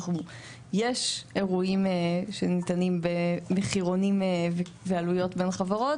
יש אירועים שניתנים במחירונים ועלויות בין חברות,